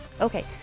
okay